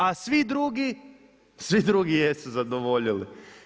A svi drugi jesu zadovoljili.